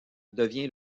devient